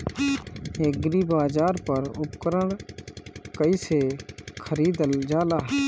एग्रीबाजार पर उपकरण कइसे खरीदल जाला?